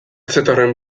zetorren